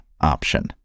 option